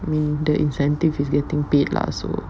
mean the incentive is getting paid lah so